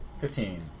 Fifteen